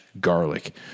garlic